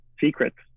secrets